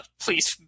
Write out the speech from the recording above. please